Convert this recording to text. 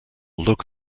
look